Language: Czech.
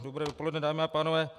Dobré dopoledne, dámy a pánové.